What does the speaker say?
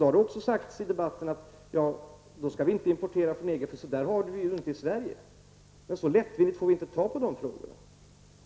Det har då sagts i debatten vi inte skall importera från EG, för att vi inte har det så i Sverige. Så lättvindigt får vi inte ta dessa frågor.